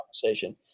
conversation